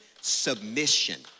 submission